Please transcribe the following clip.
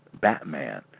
Batman